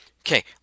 Okay